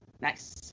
nice